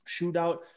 shootout